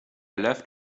left